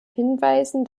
hinweisen